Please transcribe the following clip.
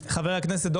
חבר הכנסת,